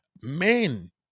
Men